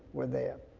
were there.